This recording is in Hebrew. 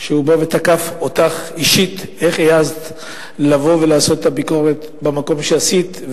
הוא בא ותקף אותך אישית איך העזת לבוא ולעשות את הביקורת במקום שעשית.